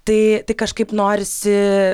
tai tai kažkaip norisi